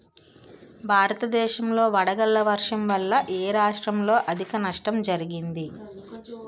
భారతదేశం లో వడగళ్ల వర్షం వల్ల ఎ రాష్ట్రంలో అధిక నష్టం జరిగింది?